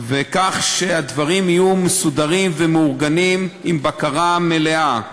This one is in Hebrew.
כך שהדברים יהיו מסודרים ומאורגנים עם בקרה מלאה.